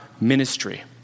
ministry